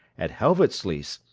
at helvoetsluys,